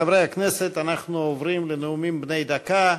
חברי הכנסת, אנחנו עוברים לנאומים בני דקה.